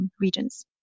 regions